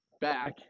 back